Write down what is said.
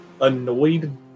annoyed